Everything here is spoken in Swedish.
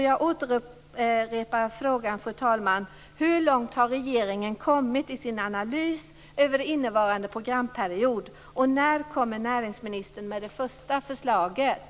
Jag upprepar därför frågan, fru talman: Hur långt har regeringen kommit i sin analys av innevarande programperiod, och när kommer näringsministern med det första förslaget?